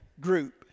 group